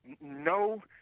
no